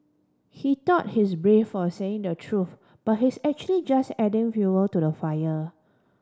he thought he's brave for saying the truth but he's actually just adding fuel to the fire